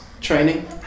training